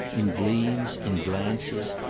in gleams, in glances,